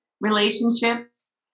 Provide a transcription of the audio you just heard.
relationships